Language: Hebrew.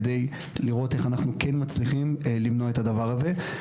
כדי לראות איך אנחנו כן מצליחים למנוע את הדבר הזה.